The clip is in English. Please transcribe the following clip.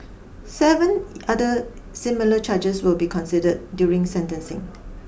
seven other similar charges will be considered during sentencing